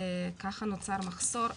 וככה נוצר מחסור במעונות,